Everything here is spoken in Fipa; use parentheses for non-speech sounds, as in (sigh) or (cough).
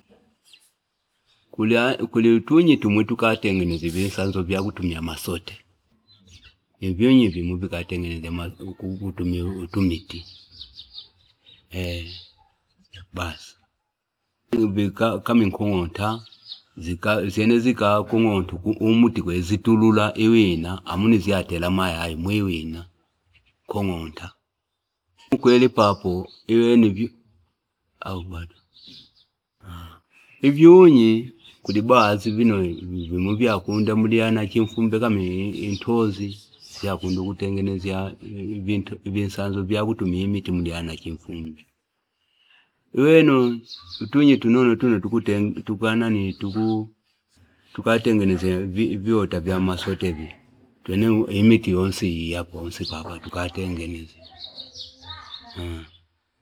Kulya- kuli tunyi tukatengenezya vinsanzo vya kutumia amasete ni vyunyi nimwi vikatenegezya kutumi utumiti ee basi kama inkunta zikakong'onta imita kwene izitulula wina amuno izyatele amayi umwi wina amuno izyatele amayi umwi wina nkung'unta ukweli papo (unintelligible) ivyunyi kuli baazi vino vimwi vyakunda muli yanachinfumbe kama intonzi vyakunda muli yanachifumbi kama intonzi vyakunda kutenenezya visanzo vyakunda kutengenezya viota vya msote twene imiti yonsi iya ponsi papa tukatengeneza mmh.